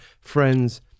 friends